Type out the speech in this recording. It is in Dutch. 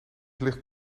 ligt